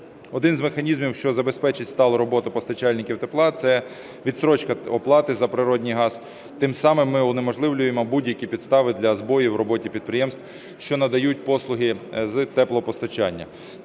Один з механізмів, що забезпечить сталу роботу постачальників тепла, – це відстрочка оплати за природний газ. Тим самим ми унеможливлюємо будь-які підстави для збоїв в роботі підприємств, що надають послуги з теплопостачання.